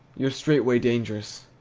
you're straightway dangerous,